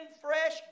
fresh